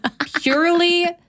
purely